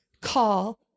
call